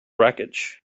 wreckage